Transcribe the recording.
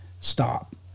stop